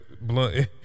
blunt